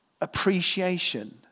appreciation